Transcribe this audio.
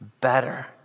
better